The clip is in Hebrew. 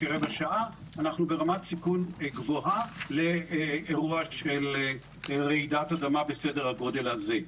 אנחנו ברמת סיכון גבוהה לאירוע של רעידת אדמה בסדר הגודל הזה.